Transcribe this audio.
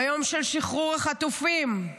ביום של שחרור החטופים?